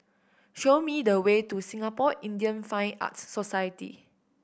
show me the way to Singapore Indian Fine Arts Society